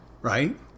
Right